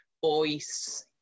voice